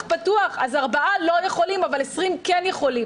פתוח אז ארבעה לא יכולים אבל 20 כן יכולים.